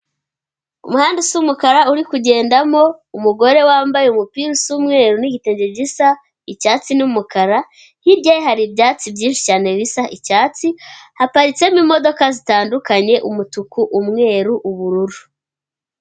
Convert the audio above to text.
Umuhanda usa umukara, uri kugendamo umugore wambaye umupira usa umweru n'igitenge gisa icyatsi n'umukara, hirya ye hari ibyatsi byinshi cyane bisa icyatsi, haparitsemo imodoka zitandukanye umutuku, umweru, ubururu.